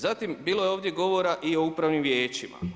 Zatim bilo je ovdje govora i o upravnim vijećima.